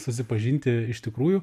susipažinti iš tikrųjų